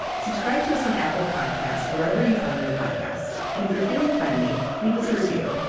subscribe to us on apple podcasts or wherever you find your podcasts. and if you're feeling friendly, leave us a review.